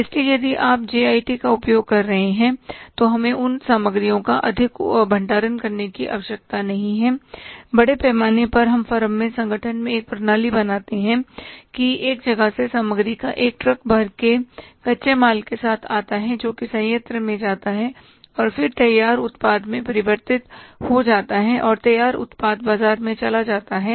इसलिए यदि आप जे आई टी का उपयोग कर रहे हैं तो हमें उन सामग्रियों का अधिक भंडारण करने की आवश्यकता नहीं है बड़े पैमाने पर हम फर्म मेंसंगठन में एक प्रणाली बनाते हैं कि एक जगह से सामग्री का एक ट्रक भर के कच्चे माल के साथ आता है जो कि संयंत्र में जाता है और फिर तैयार उत्पाद में परिवर्तित हो जाता है और तैयार उत्पाद बाजार में चला जाता है